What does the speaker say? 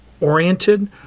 oriented